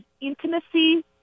intimacy